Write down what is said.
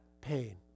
pain